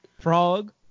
Frog